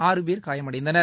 ஆறுபேர் காயமடைந்தனர்